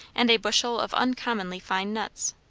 and a bushel of uncommonly fine nuts.